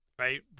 Right